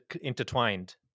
intertwined